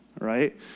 right